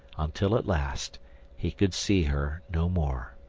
until at last he could see her no more.